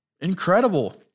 Incredible